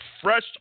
fresh